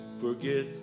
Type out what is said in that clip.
forget